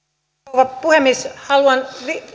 rouva puhemies